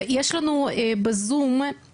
יש לנו בזום את